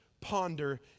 ponder